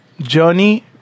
journey